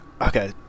okay